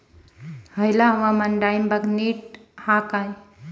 हयला हवामान डाळींबाक नीट हा काय?